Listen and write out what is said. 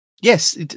Yes